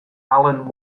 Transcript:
allan